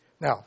Now